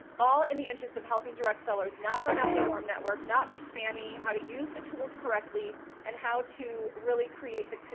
all in the interest of helping direct sellers not burn out their warm network, not be spammy. how to use the tools correctly and how to really create the co,